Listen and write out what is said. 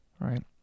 right